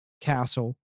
castle